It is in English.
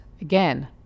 again